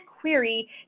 query